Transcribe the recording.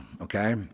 okay